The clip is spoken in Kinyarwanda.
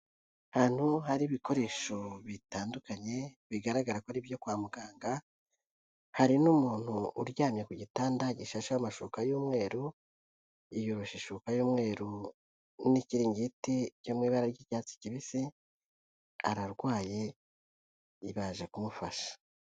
Ahantu hari ibikoresho bitandukanye bigaragara ko ari ibyo kwa muganga, hari n'umuntu uryamye ku gitanda gishasheho amashuka y'umweru, yiyoroshe ishuka y'umweru n'ikiringiti cyo mu ibara ry'icyatsi kibisi, ararwaye baje kumufasha.